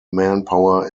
manpower